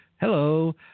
Hello